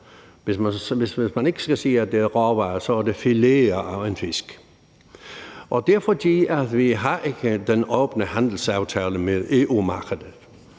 Hvis det ikke er råvarer, er det fileter af fisk. Det er, fordi vi ikke har den åbne handelsaftale med EU-markedet,